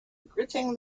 gritting